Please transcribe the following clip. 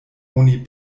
oni